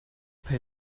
bei